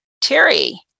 Terry